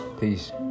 Peace